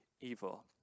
evil